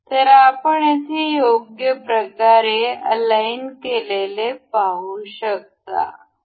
तर आपण येथे योग्य प्रकारे अलाईन केलेले पाहू शकतो